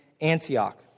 Antioch